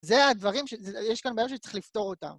זה הדברים שיש כאן בעיה שצריך לפתור אותה.